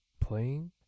playing